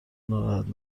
ناراحت